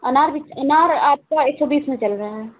अनार भी अनार आपका एक सौ बीस में चल रहा है